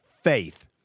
faith